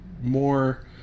more